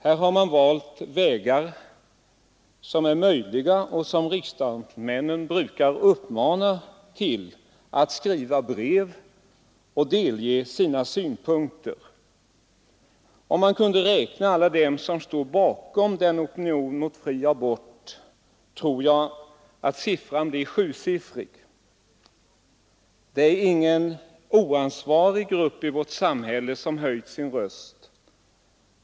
Man har valt de vägar som är möjliga och som riksdagsmännen brukar uppmana till, nämligen att skriva brev för att delge sina synpunkter. Om man kunde räkna alla dem som står bakom opinionen mot fri abort, tror jag att antalet blir sjusiffrigt. Det är ingen oansvarig grupp i vårt samhälle som höjt sin röst.